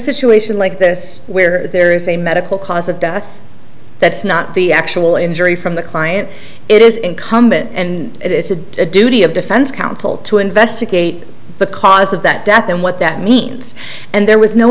situation like this where there is a medical cause of death that's not the actual injury from the client it is incumbent and it is the duty of defense counsel to investigate the cause of that death and what that means and there was no